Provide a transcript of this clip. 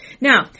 Now